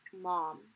mom